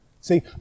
See